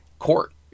court